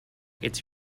its